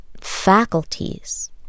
faculties